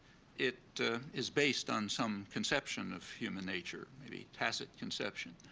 it is based on some conception of human nature, maybe tacit conception.